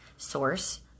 source